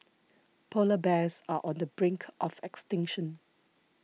Polar Bears are on the brink of extinction